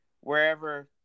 wherever